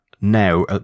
now